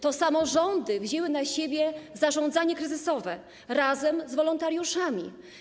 To samorządy wzięły na siebie zarządzanie kryzysowe, razem z wolontariuszami.